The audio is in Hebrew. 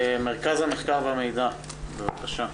מרכז המחקר והמידע, בבקשה.